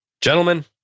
Gentlemen